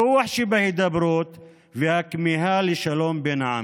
הכוח שבהידברות והכמיהה לשלום בין העמים.